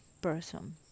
person